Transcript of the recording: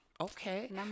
okay